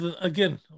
again